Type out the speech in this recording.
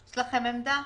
יש לכם עמדה?